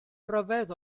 ryfedd